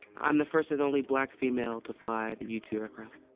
i'm the first and only black female to fly the u two aircraft.